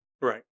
Right